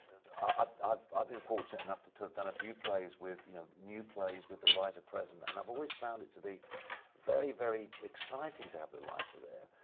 ah i've i've been fortunate enough to to have done a few plays with, you know, new plays with the writer present, and i've always found it to be very, very exciting to have the writer there.